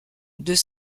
deux